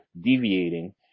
deviating